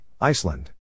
Iceland